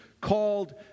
called